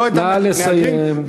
נא לסיים.